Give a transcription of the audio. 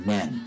Men